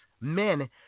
men